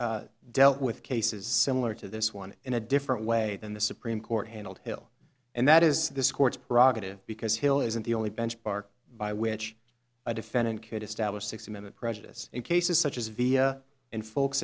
dealt with cases similar to this one in a different way than the supreme court handled hill and that is this court's praga because hill isn't the only bench park by which a defendant could establish sixty minute prejudice in cases such as via and folks